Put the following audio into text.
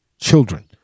children